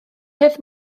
peth